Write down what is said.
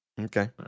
Okay